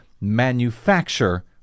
manufacture